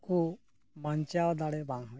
ᱱᱩᱠᱩ ᱵᱟᱧᱪᱟᱣ ᱫᱟᱲᱮ ᱵᱟᱝ ᱦᱩᱭ ᱫᱟᱲᱮᱭᱟᱜᱼᱟ